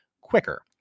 quicker